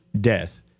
death